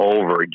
over